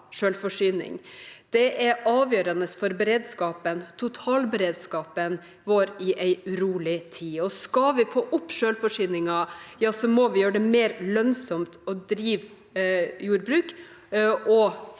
selvforsyning. Det er avgjørende for vår totalberedskap i en urolig tid. Skal vi få opp selvforsyningen, må vi gjøre det mer lønnsomt å drive jordbruk